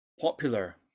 popular